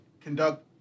conduct